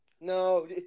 No